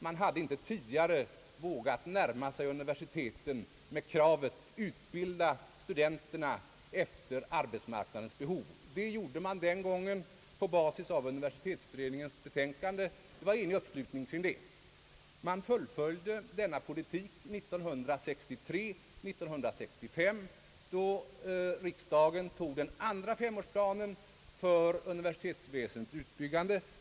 Man hade inte tidigare vågat närma sig universiteten med kravet: utbilda studenterna efter arbetsmarknadens behov! Det gjorde man den gången på basis av universitetsutredningens betänkande, och det var enig uppslutning kring det. Man fullföljde denna politik åren 1963 och 1965, då riksdagen tog den andra femårsplanen för universitetsväsendets utbyggande.